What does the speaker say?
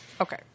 Okay